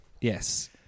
Yes